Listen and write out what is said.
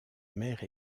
mère